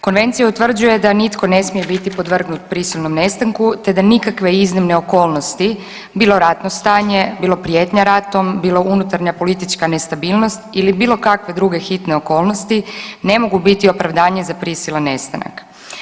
Konvencija utvrđuje da nitko ne smije biti podvrgnut prisilnom nestanku, te da nikakve iznimne okolnosti, bilo ratno stanje, bilo prijetnja ratom, bilo unutarnja politička nestabilnost ili bilo kakve duge hitne okolnosti, ne mogu biti opravdanje za prisilan nestanak.